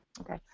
Okay